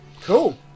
cool